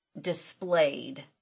displayed